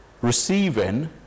Receiving